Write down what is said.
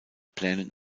plänen